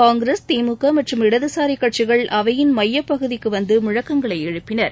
காங்கிரஸ் திமுக மற்றும் இடதுசாரி கட்சிகள் அவையின் மையப் பகுதிக்கு வந்து முழக்கங்களை எழுப்பினர்